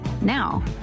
Now